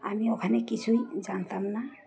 আমি ওখানে কিছুই জানতাম না